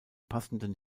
passenden